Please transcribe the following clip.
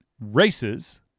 races